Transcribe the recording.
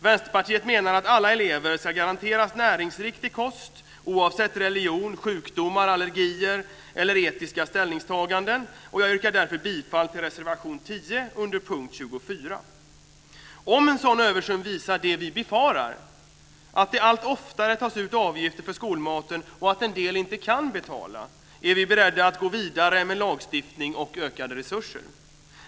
Vänsterpartiet menar att alla elever ska garanteras näringsriktig kost oavsett religion, sjukdomar, allergier eller etiska ställningstaganden. Jag yrkar därför bifall till reservation 10 Om en sådan översyn visar det som vi befarar, dvs. att det allt oftare tas ut avgifter för skolmaten och att en del inte kan betala, så är vi beredda att gå vidare med lagstiftning och ökade resurser.